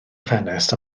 ffenest